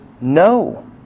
no